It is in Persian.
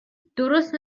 درست